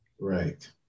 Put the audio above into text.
Right